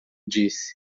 disse